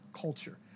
culture